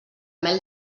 mel